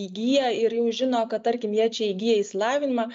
įgiję ir jau žino kad tarkim jie čia įgyja išsilavinimą